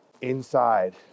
Inside